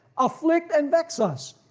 afflict, and vex us.